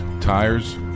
tires